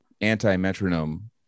anti-metronome